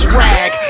rag